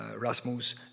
Rasmus